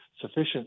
sufficient